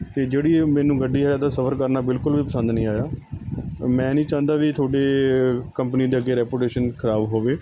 ਅਤੇ ਜਿਹੜੀ ਇਹ ਮੈਨੂੰ ਗੱਡੀ ਦਾ ਸਫ਼ਰ ਕਰਨਾ ਬਿਲਕੁਲ ਵੀ ਪਸੰਦ ਨਹੀਂ ਆਇਆ ਮੈਂ ਨਹੀਂ ਚਾਹੁੰਦਾ ਵੀ ਤੁਹਾਡੀ ਕੰਪਨੀ ਦੇ ਅੱਗੇ ਰੈਪੂਟੇਸ਼ਨ ਖ਼ਰਾਬ ਹੋਵੇ